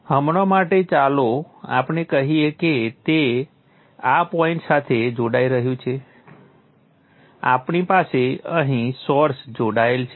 હમણાં માટે ચાલો આપણે કહીએ કે તે આ પોઈન્ટ સાથે જોડાઈ રહ્યું છે આપણી પાસે અહીં સોર્સ જોડાયેલ છે